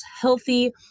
healthy